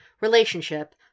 Relationship